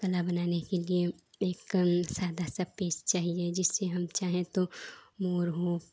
कला बनाने के लिए एकदम सादा सा पेज चाहिए जिसपे हम चाहें तो मोर हो